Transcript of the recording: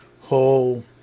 whole